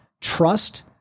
Trust